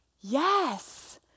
Yes